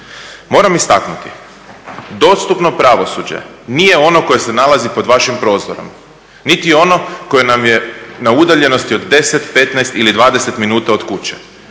Moram istaknuti, dostupno pravosuđe nije ono koje se nalazi pod vašim prozorom, niti ono koje nam je na udaljenosti od 10,15 ili 20 minuta od kuće.